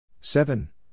Seven